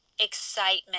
excitement